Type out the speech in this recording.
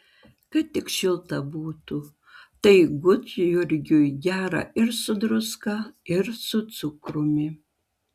kad tik šilta būtų tai gudjurgiui gera ir su druska ir su cukrumi